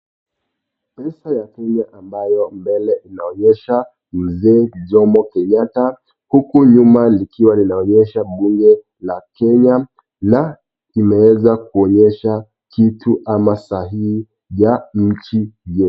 Pesa ya Kenya ambayo mbele inaonyesha Mzee Jomo Kenyatta huku nyuma likiwa linaonyesha bunge la Kenya na imeweza kuonyesha kitu ama sahihi ya nchi yetu.